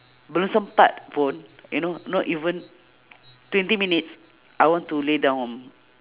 belum sempat pun you know not even twenty minutes I want to lay down